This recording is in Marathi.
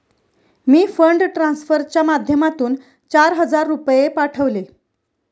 मी फंड ट्रान्सफरच्या माध्यमातून चार हजार रुपये पाठवले